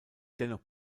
dennoch